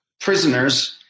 prisoners